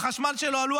החשמל שלו עלה,